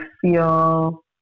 feel